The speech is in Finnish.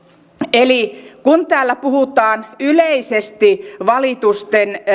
eli kun täällä puhutaan yleisesti valitusten